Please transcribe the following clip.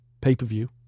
Pay-per-view